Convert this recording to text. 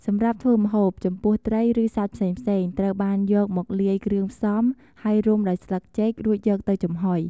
សម្រាប់ធ្វើម្ហូប ចំពោះត្រី ឬសាច់ផ្សេងៗ ត្រូវបានយកមកលាយគ្រឿងផ្សំ ហើយរុំដោយស្លឹកចេក រួចយកទៅចំហុយ។